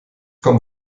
kommt